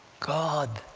god,